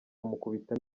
amukubita